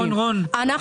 אנחנו